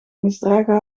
misdragen